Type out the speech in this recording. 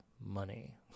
money